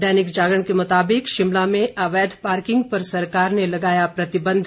दैनिक जागरण के मुताबिक शिमला में अवैध पार्किंग पर सरकार ने लगाया प्रतिबंध